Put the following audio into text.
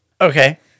Okay